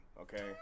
okay